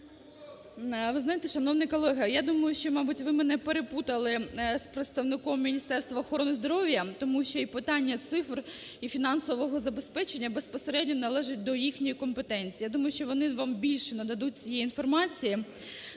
Ви знаєте, шановний колега, я думаю, що, мабуть, ви мене переплутали з представником Міністерства охорони здоров'я. Тому що і питання цифр, і фінансового забезпечення безпосередньо належать до їх компетенції. Я думаю, що вони вам більш нададуть цієї інформації.